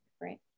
right